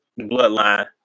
Bloodline